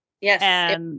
Yes